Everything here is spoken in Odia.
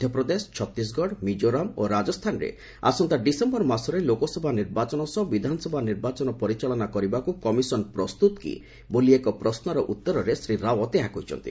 ମଧ୍ୟପ୍ରଦେଶ ଛତିଶଗଡ଼ ମିକ୍କୋରାମ୍ ଓ ରାଜସ୍ଥାନରେ ଆସନ୍ତା ଡିସେମ୍ବର ମାସରେ ଲୋକସଭା ନିର୍ବାଚନ ସହ ବିଧାନସଭା ନିର୍ବାଚନ ପରିଚାଳନା କରିବାକୁ କମିଶନ୍ ପ୍ରସ୍ତୁତ କି ବୋଲି ଏକ ପ୍ରଶ୍ନର ଉତ୍ତରରେ ଶ୍ରୀ ରାଓ୍ୱତ ଏହା କହିଛନ୍ତି